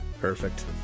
Perfect